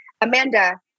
Amanda